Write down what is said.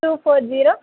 two four zero